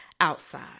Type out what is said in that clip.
outside